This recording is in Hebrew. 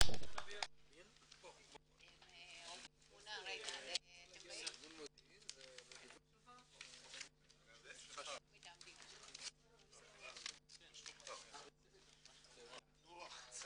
הישיבה ננעלה בשעה 12:20.